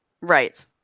Right